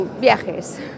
...viajes